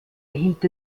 hielt